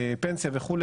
פנסיה וכו',